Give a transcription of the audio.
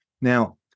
Now